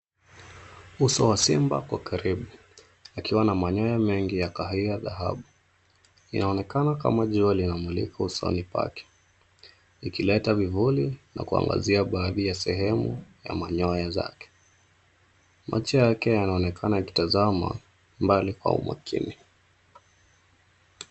Uso wa simba kwa karibu akiwa na manyoya mengi ya kahawia dhahabu. Inaonekana kama jua linamulika usoni pake ikileta vivuli na kuangazia baadhi ya sehemu ya manyoya zake. Macho yake yanaonekana yakitazama mbali kwa umakini.